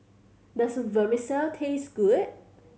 does Vermicelli taste good